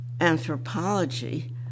anthropology